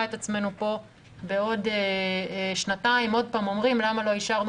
את עצמנו פה בעוד שנתיים עוד פעם שואלים למה לא אישרנו